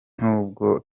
nubwo